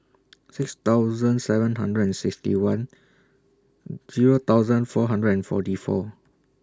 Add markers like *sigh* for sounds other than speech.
six thousand seven hundred and sixty one *hesitation* Zero thousand four hundred and forty four